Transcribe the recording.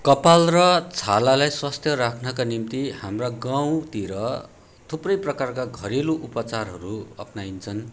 कपाल र छालालाई स्वास्थ्य राख्नका निम्ति हाम्रा गाउँतिर थुप्रै प्रकारका घरेलु उपचारहरू अप्नाइन्छन्